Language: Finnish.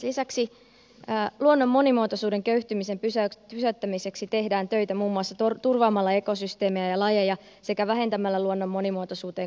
lisäksi luonnon monimuotoisuuden köyhtymisen pysäyttämiseksi tehdään töitä muun muassa turvaamalla ekosysteemejä ja lajeja sekä vähentämällä luonnon monimuotoisuuteen kohdistuvia paineita